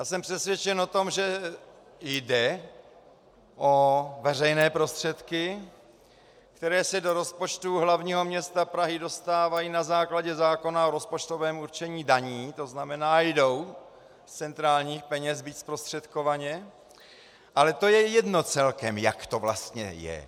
Jsem přesvědčen o tom, že jde o veřejné prostředky, které se do rozpočtu hlavního města Prahy dostávají na základě zákona o rozpočtovém určení daní, tzn. jdou z centrálních peněz, byť zprostředkovaně, ale to je celkem jedno, jak to vlastně je.